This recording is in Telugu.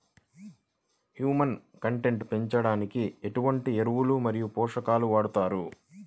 హ్యూమస్ కంటెంట్ పెంచడానికి ఎటువంటి ఎరువులు మరియు పోషకాలను వాడతారు?